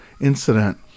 incident